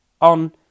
on